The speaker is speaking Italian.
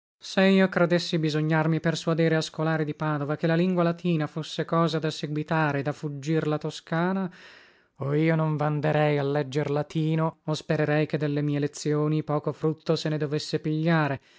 se io credessi bisognarmi persuadere a scolari di padova che la lingua latina fosse cosa da seguitare e da fuggir la toscana o io non vanderei a legger latino o spererei che delle mie lezzioni poco frutto se ne dovesse pigliare